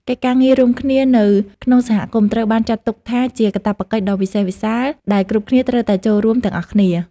កិច្ចការងាររួមនៅក្នុងសហគមន៍ត្រូវបានចាត់ទុកថា ជាកាតព្វកិច្ចដ៏វិសេសវិសាលដែលគ្រប់គ្នាត្រូវតែចូលរួមទាំងអស់គ្នា។